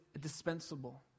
dispensable